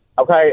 Okay